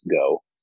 go